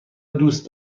دوست